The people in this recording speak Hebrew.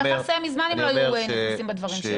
הוא יכול היה לסיים מזמן אם לא היו נכנסים בדברים שלו.